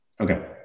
Okay